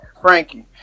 Frankie